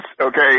okay